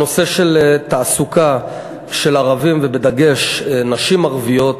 תעסוקה של ערבים, ובדגש נשים ערביות,